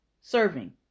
serving